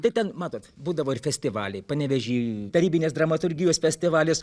tai ten matot būdavo ir festivaliai panevėžy tarybinės dramaturgijos festivalis